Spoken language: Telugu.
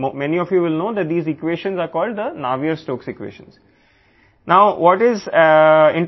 మరియు ఈ ఈక్వేషన్లను నావియర్ స్టోక్స్ ఈక్వేషన్లు అని మీలో చాలామందికి తెలుసు